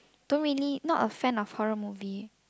don't really not a fan of horror movie